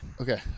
Okay